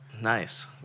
nice